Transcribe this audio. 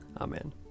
Amen